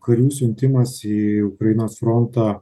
karių siuntimas į ukrainos frontą